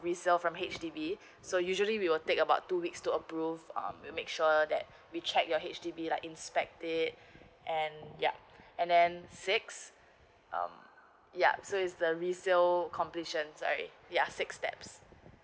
resell from H_D_B so usually we will take about two weeks to approve um make sure that we check your H_D_B like inspect it and yup and then six um ya so is the resale completion right ya six steps